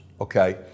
okay